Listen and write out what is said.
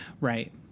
Right